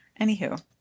Anywho